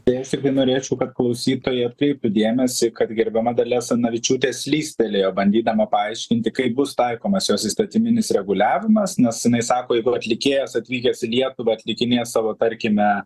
tai aš tiktai norėčiau kad klausytoja atkreiptų dėmesį kad gerbiama dalia asanavičiūtė slystelėjo bandydama paaiškinti kaip bus taikomas jos įstatyminis reguliavimas nes jinai sako jeigu atlikėjas atvykęs į lietuvą atlikinėja savo tarkime